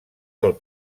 del